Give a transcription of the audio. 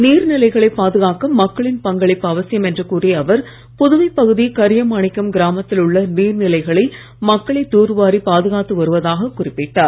நீர்நிலைகளை பாதுகாக்க மக்களின் பங்களிப்பு அவசியம் என்று கூறிய அவர் புதுவை பகுதி கரியமாணிக்கம் கிராமத்தில் உள்ள நீர்நிலைகளை மக்களே தூர்வாரி பாதுகாத்து வருவதாக குறிப்பிட்டார்